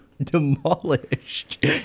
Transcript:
demolished